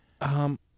Um-